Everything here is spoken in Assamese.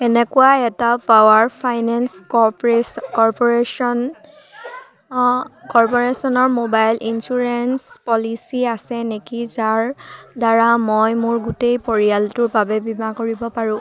এনেকুৱা এটা পাৱাৰ ফাইনেন্স কৰ্প'ৰেশ্যন কৰ্পৰেশ্যনৰ মোবাইল ইঞ্চুৰেঞ্চ পলিচী আছে নেকি যাৰদ্বাৰা মই মোৰ গোটেই পৰিয়ালটোৰ বাবে বীমা কৰিব পাৰোঁ